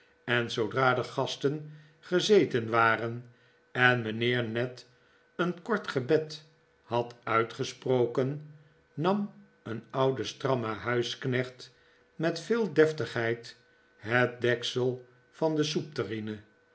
en zoodra de gasten gezeten waren en mijnheer ned een kort gebed had uitgesproken nam een oude stramme huisknecht met veel deftigheid het deksel van de